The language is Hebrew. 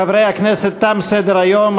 חברי הכנסת, תם סדר-היום.